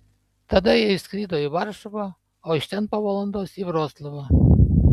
tada jie išskrido į varšuvą iš ten po valandos į vroclavą